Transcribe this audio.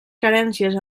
carències